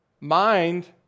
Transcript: mind